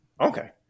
Okay